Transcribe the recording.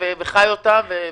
הזה.